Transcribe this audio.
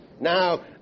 now